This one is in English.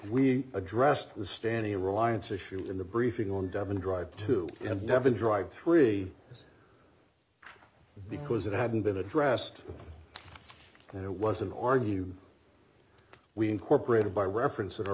we addressed the standing reliance issue in the briefing on devon drive to nevin dr three because it hadn't been addressed and it was an argue we incorporated by reference